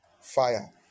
fire